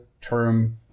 term